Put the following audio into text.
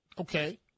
Okay